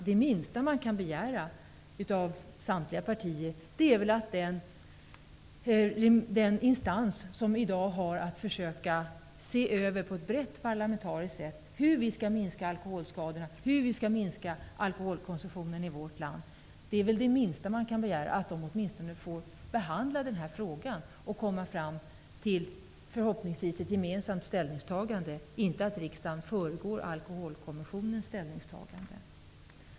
Det minsta man kan begära av samtliga partier är att den instans som har att på bred parlamentarisk grund se över hur vi skall minska alkoholskadorna och alkoholkonsumtionen i vårt land åtminstone får behandla frågan. Förhoppningsvis kan man komma fram till ett gemensamt ställningstagande. Riksdagen skall inte föregå Alkoholkommissionens ställningstagande.